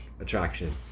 attraction